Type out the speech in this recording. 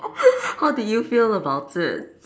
how did you feel about it